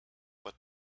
but